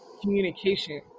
communication